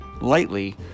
lightly